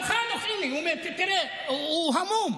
גם חנוך, הינה, תראה, הוא המום.